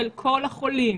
של כל החולים,